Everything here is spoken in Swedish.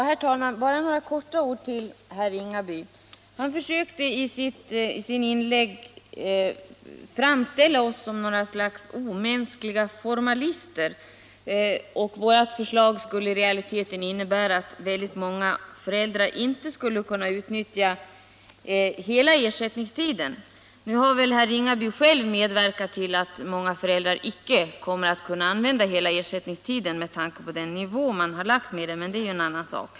Herr talman! Bara några få ord till herr Ringaby. Han försökte i sitt inlägg framställa oss som något slags omöjliga formalister, och vårt förslag skulle enligt honom i realiteten innebära att väldigt många föräldrar inte skulle kunna utnyttja hela ersättningstiden. Nu har väl herr Ringaby själv medverkat till att många föräldrar inte kommer att använda hela ersättningstiden — med tanke på den nivå man har lagt ersättningen på —- men det är en annan sak.